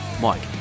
Mike